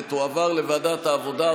ותועבר לוועדת העבודה,